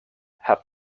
have